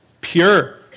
pure